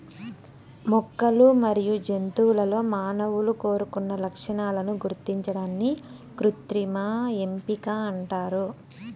మొక్కలు మరియు జంతువులలో మానవులు కోరుకున్న లక్షణాలను గుర్తించడాన్ని కృత్రిమ ఎంపిక అంటారు